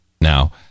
now